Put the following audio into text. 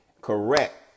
Correct